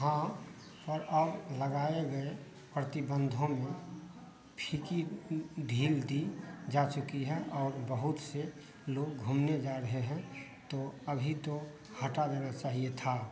हाँ पर अब लगाए गए प्रतिबंधों में फीकी ढील दी जा चुकी है और बहुत से लोग घूमने जा रहे हैं तो अभी तो हटा देना चाहिए था